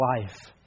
life